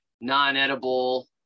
non-edible